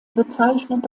bezeichnet